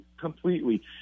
completely